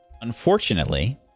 Unfortunately